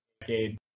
decade